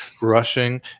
rushing